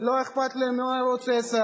לא אכפת להם מערוץ-10,